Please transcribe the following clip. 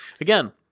again